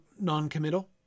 noncommittal